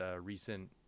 recent